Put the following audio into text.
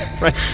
Right